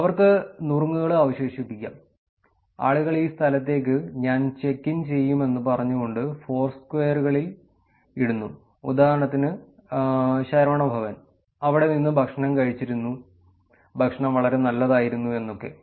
അവർക്ക് നുറുങ്ങുകളും അവശേഷിപ്പിക്കാം ആളുകൾ ഈ സ്ഥലത്തേക്ക് ഞാൻ ചെക്ക് ഇൻ ചെയ്യുമെന്ന് പറഞ്ഞുകൊണ്ട് ഫോർസ്ക്വയറുകളിൽ ഇടുന്നു ഉദാഹരണത്തിന് ശരവണ ഭവൻ അവിടെ നിന്ന് ഭക്ഷണം കഴിച്ചിരുന്നു ഭക്ഷണം വളരെ നല്ലതായിരുന്നു എന്നൊക്കെ